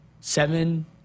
seven